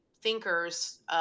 thinkers